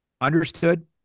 Understood